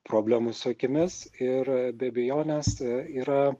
problemų su akimis ir be abejonės yra